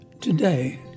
today